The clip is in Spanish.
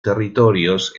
territorios